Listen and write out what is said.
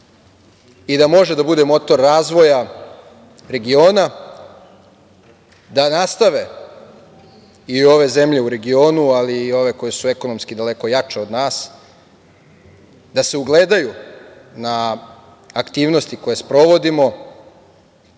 i da može da bude motor razvoja regiona, da nastave i ove zemlje u regionu, ali i ove koje su ekonomski daleko jače od nas, da se ugledaju na aktivnosti koje sprovodimo,